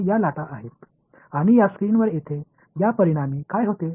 இந்த அலைகள் நுழைவதை நீங்கள் கவனிக்கிறீர்கள் குறுக்கீடு முறை இங்கே தோன்றும்